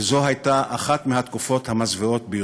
וזו הייתה אחת מהתקופות המזוויעות ביותר.